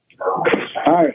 Hi